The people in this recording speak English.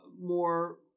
more